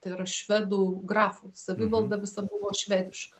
tai yra švedų grafų savivalda visa buvo švediška